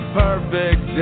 perfect